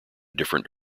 different